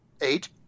Eight